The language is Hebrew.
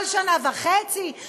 כל שנה וחצי,